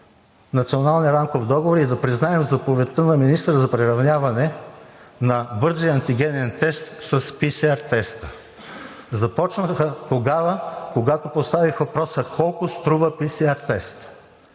Националния рамков договор и да признаем заповедта на министъра за приравняване на бързия антигенен тест с PСR теста. Започна тогава, когато поставих въпроса: колко струва PСR тестът?